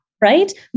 Right